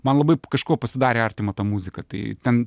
man labai kažko pasidarė artima ta muzika tai ten